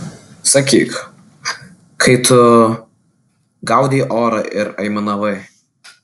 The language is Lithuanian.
sakyk kai tu gaudei orą ir aimanavai